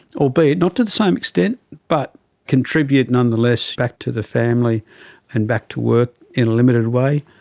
albeit not to the same extent but contribute nonetheless back to the family and back to work in a limited way.